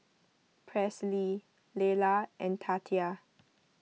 Presley Lelar and Tatia